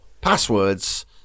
passwords